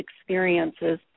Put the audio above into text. experiences